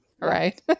Right